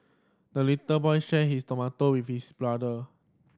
the little boy shared his tomato with his brother